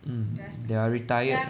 mm they are retired